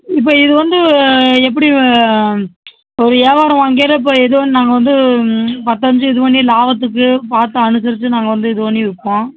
இப்போ இது வந்து எப்படி ஒரு வியாவாரம் வாங்கயில் இப்பபோ இது வ நாங்கள் வந்து பத்தஞ்சு இது பண்ணி லாபத்துக்கு பார்த்து அனுசரிச்சு நாங்கள் வந்து இது பண்ணி விற்போம்